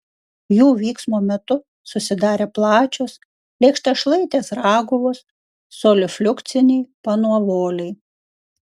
jų vyksmo metu susidarė plačios lėkštašlaitės raguvos solifliukciniai panuovoliai